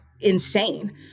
insane